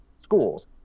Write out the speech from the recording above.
schools